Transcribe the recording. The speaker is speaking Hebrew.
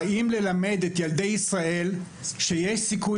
באים ללמד את ילדי ישראל שיש סיכוי